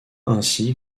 ainsi